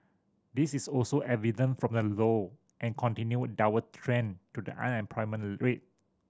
this is also evident from the low and continued downward trend to the unemployment rate